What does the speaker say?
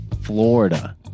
Florida